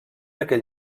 aquell